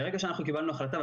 ברגע שקיבלנו החלטה,